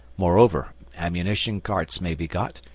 moreover, ammunition carts may be got,